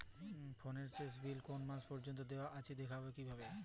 ফোনের শেষ বিল কোন মাস পর্যন্ত দেওয়া আছে দেখবো কিভাবে?